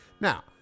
Now